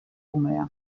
umea